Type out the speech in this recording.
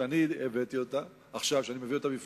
שאני מביא אותה עכשיו בפניכם,